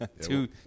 Two